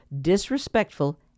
disrespectful